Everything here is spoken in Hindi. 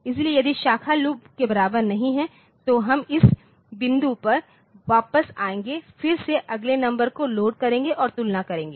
इसलिए यदि शाखा लूप के बराबर नहीं है तो हम इस बिंदु पर वापस आएंगे फिर से अगले नंबर को लोड करेंगे और तुलना करेंगे